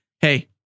Hey